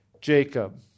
Jacob